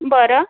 बरं